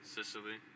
Sicily